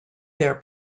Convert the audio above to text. their